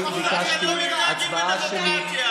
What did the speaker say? אני ביקשתי הצבעה שמית,